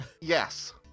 Yes